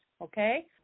okay